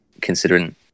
considering